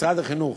משרד החינוך